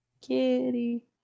Kitty